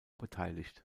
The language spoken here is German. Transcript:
beteiligt